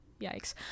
yikes